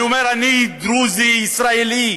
אני אומר: אני דרוזי ישראלי,